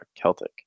Celtic